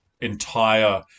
entire